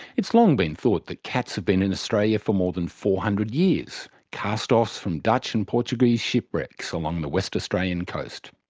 it's long been thought that cats have been in australia for more than four hundred years, cast-offs from dutch and portuguese shipwrecks along the west australian coast.